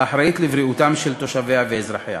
האחראית לבריאותם של תושביה ואזרחיה.